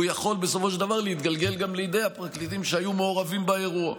ובסופו של דבר הוא יכול להתגלגל גם לידי הפרקליטים שהיו מעורבים באירוע.